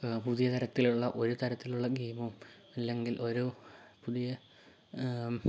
പുതിയ തരത്തിലുള്ള ഒരു തരത്തിലുള്ള ഗെയിമൊ അല്ലെങ്കിൽ ഒരു പുതിയ